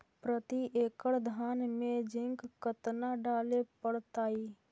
प्रती एकड़ धान मे जिंक कतना डाले पड़ताई?